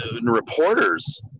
reporters